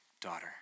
daughter